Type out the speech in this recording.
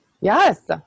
Yes